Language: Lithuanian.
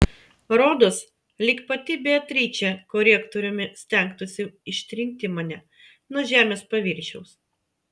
rodos lyg pati beatričė korektoriumi stengtųsi ištrinti mane nuo žemės paviršiaus